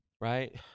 Right